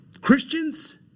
Christians